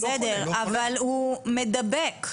בסדר אבל הוא מדבק.